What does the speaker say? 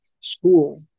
school